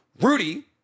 Rudy